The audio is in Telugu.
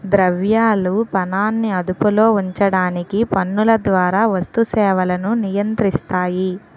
ద్రవ్యాలు పనాన్ని అదుపులో ఉంచడానికి పన్నుల ద్వారా వస్తు సేవలను నియంత్రిస్తాయి